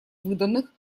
выданных